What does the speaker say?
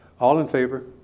all in favor.